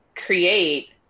create